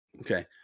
Okay